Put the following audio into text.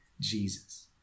Jesus